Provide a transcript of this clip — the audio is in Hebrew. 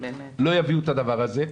לא יביאו את הדבר הזה,